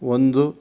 ಒಂದು